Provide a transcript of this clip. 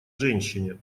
женщине